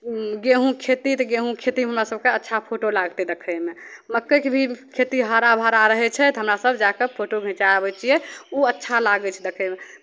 गेहूँ खेती तऽ गेहूँ खेती हमरा सभकेँ अच्छा फोटो लागतै देखयमे मक्कइके भी खेती हरा भरा रहै छै तऽ हमरासभ जा कऽ फोटो घिचा आबै छियै ओ अच्छा लागै छै देखयमे